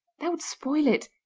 that would spoil it.